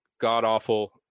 god-awful